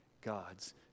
God's